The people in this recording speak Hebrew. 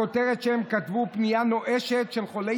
הכותרת שהם כתבו: פנייה נואשת של חולי